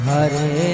Hare